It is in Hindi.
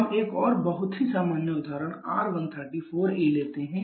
हम एक और बहुत ही सामान्य उदाहरण R134a लेते हैं